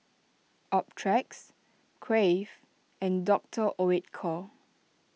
Optrex Crave and Doctor Oetker